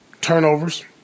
turnovers